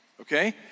okay